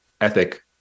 ethic